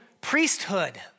priesthood